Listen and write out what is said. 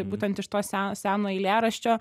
būtent iš to se seno eilėraščio